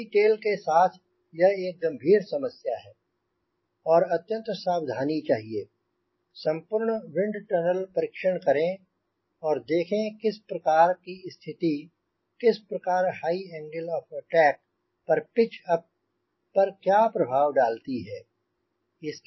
T tail के साथ यह एक गंभीर समस्या है और अत्यंत सावधानी चाहिए संपूर्ण विंड टनल परीक्षण करें और देखें किस प्रकार की स्थिति किस प्रकार हाई एंगल ऑफ अटैक पर पिच अप पर क्या प्रभाव डालती है